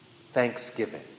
thanksgiving